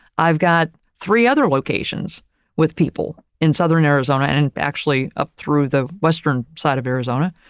i've got three other locations with people in southern arizona and and actually up through the western side of arizona,